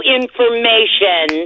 information